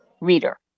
reader